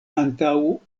antaŭ